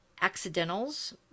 accidentals